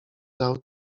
dał